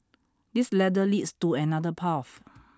this ladder leads to another path